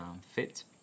fit